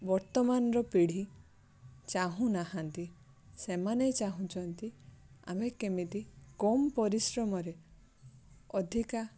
ବର୍ତ୍ତମାନର ପିଢ଼ି ଚାହୁଁ ନାହାଁନ୍ତି ସେମାନେ ଚାହୁଁଛନ୍ତି ଆମେ କେମିତି କମ୍ ପରିଶ୍ରମରେ ଅଧିକା